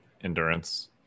endurance